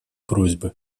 просьбы